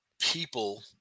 people